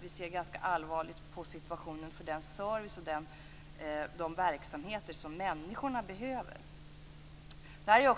Vi ser allvarligt på den service och de verksamheter människor behöver. Det är